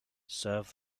serve